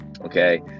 okay